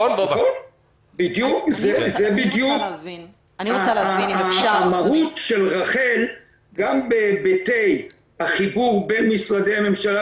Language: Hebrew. זה בדיוק המהות של רח"ל גם בהיבטי חיבור בין משרדי ממשלה